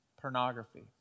pornography